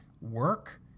work